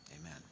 amen